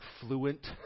fluent